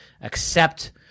accept